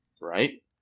Right